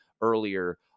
earlier